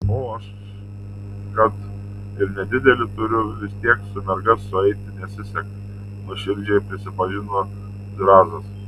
o aš kad ir nedidelį turiu vis tiek su merga sueiti nesiseka nuoširdžiai prisipažino zrazas